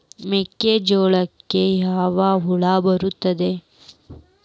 ಮೆಕ್ಕೆಜೋಳಕ್ಕೆ ಯಾವ ಹುಳ ಬರುತ್ತದೆ?